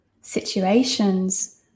situations